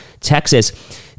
Texas